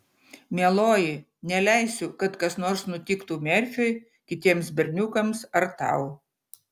mieloji neleisiu kad kas nors nutiktų merfiui kitiems berniukams ar tau